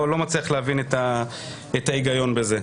אני לא מצליח להבין את ההיגיון בזה.